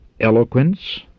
eloquence